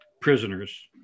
prisoners